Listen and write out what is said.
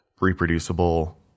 reproducible